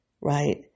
right